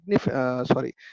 sorry